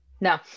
No